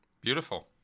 Beautiful